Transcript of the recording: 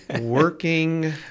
working